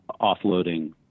offloading